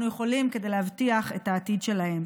יכולים כדי להבטיח את העתיד שלהם,